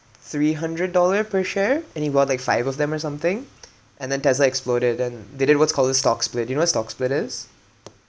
three hundred dollar per share and he bought like five of them or something and then Tesla exploded then they did what's called a stock split you know what stock split is